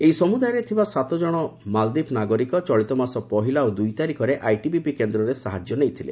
ଏହି ସମୁଦାୟରେ ଥିବା ସାତକଣ ମାଲଦ୍ୱୀପ ନାଗରିକ ଚଳିତମାସ ପହିଲା ଏବଂ ଦୁଇ ତାରିଖରେ ଆଇଟିବିପି କେନ୍ଦ୍ରରେ ସାହାଯ୍ୟ ନେଇଥିଲେ